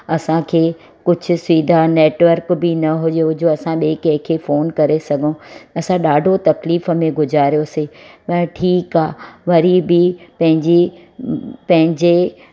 असांखे कुझु सिधा नैटवर्क बि न हुओ जो असां ॿिए कंहिंखे फोन करे सघूं असां ॾाढो तकलीफ़ में गुज़ारियोसीं न ठीकु आहे वरी बि पंहिंजी पंहिंजे